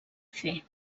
fer